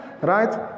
Right